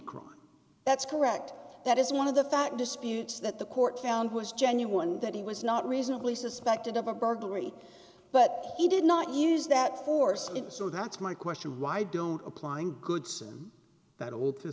crime that's correct that is one of the fact disputes that the court found was genuine that he was not reasonably suspected of a burglary but he did not use that force in so that's my question why don't applying goodsome that w